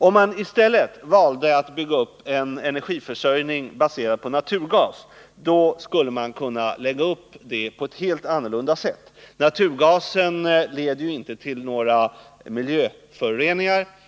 Om man i stället valde att bygga upp en energiförsörjning baserad på naturgas skulle man kunna lägga upp det på ett helt annat sätt. Naturgasen leder inte till några miljöföroreningar.